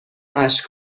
اشک